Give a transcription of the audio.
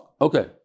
Okay